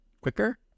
quicker